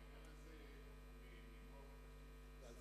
בעניין הזה צריך לעשות